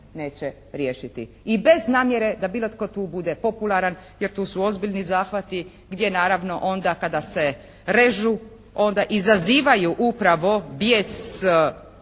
neće riješiti i bez namjere da bilo tko tu bude popularan jer tu su ozbiljni zahvati gdje naravno onda kada se režu onda izazivaju upravo bijes